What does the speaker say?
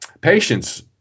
patience